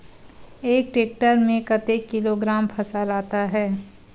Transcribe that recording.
एक टेक्टर में कतेक किलोग्राम फसल आता है?